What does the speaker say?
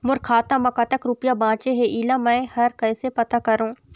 मोर खाता म कतक रुपया बांचे हे, इला मैं हर कैसे पता करों?